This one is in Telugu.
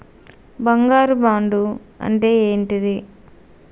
బంగారు బాండు అంటే ఏంటిది?